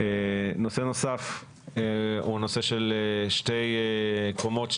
נושא נוסף הוא הנושא של שתי קומות,